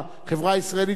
אמרו לי שאני משוגע.